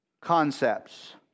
concepts